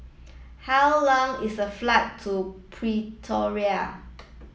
how long is the flight to Pretoria